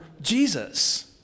Jesus